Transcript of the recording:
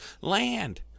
land